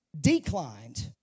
declined